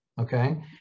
okay